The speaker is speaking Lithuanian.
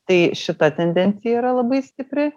tai šita tendencija yra labai stipri